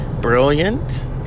Brilliant